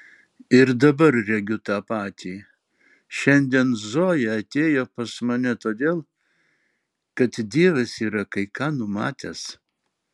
ir dabar regiu tą patį šiandien zoja atėjo pas mane todėl kad dievas yra kai ką numatęs